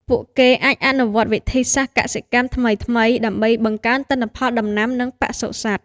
ពួកគេអាចអនុវត្តវិធីសាស្រ្តកសិកម្មថ្មីៗដើម្បីបង្កើនទិន្នផលដំណាំនិងបសុសត្វ។